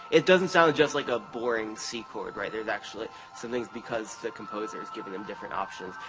it doesn't sound just like a boring c chord. right, there's actually some things because the composer has given them different options.